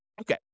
Okay